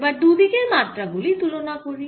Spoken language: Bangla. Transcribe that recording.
এবার দুদিকের মাত্রা গুলি তুলনা করি